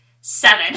seven